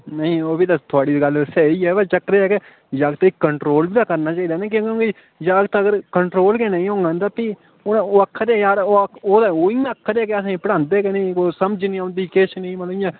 नेईं ओह् बी ते थुहाढ़ी गल्ल स्हेई ऐ ब चक्कर एह् कि जागतै गी कंट्रोल बी ते करना चाहिदा ना भई जागत अगर कंट्रोल बी ते करना चाहिदा नी अगर जागत कंट्रोल गै नेईं होङन ते फ्ही ओह् आखा दे यार ओह् ते इ'यां आखा दे हे कि असेंगी पढ़ांदे गै नि कोई समझ नि औंदी किश नेईं मतलब ते